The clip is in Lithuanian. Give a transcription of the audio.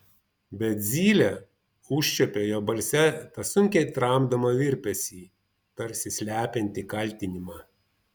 bet zylė užčiuopė jo balse tą sunkiai tramdomą virpesį tarsi slepiantį kaltinimą